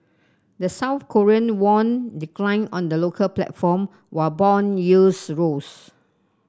the South Korean won declined on the local platform while bond yields rose